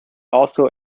also